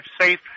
safe